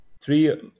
three